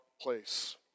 place